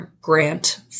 grant